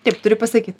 taip turi pasakyt